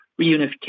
reunification